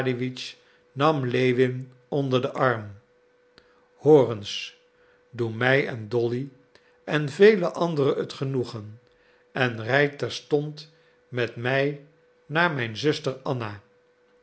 nam lewin onder den arm hoor eens doe mij en dolly en vele andere het genoegen en rijd terstond met mij naar mijn zuster anna